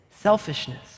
selfishness